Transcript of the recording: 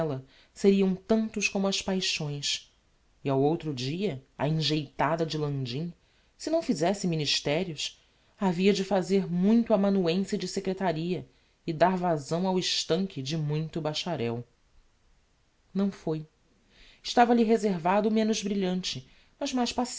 n'ella seriam tantos como as paixões e ao outro dia a engeitada de landim se não fizesse ministerios havia de fazer muito amanuense de secretaria e dar vazão ao estanque de muito bacharel não foi estava lhe reservado menos brilhante mas mais